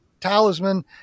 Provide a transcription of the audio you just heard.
talisman